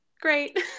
great